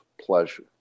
pleasure